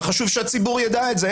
חשוב שהציבור יידע את זה.